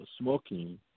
smoking